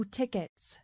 tickets